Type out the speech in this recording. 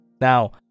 Now